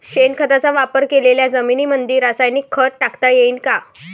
शेणखताचा वापर केलेल्या जमीनीमंदी रासायनिक खत टाकता येईन का?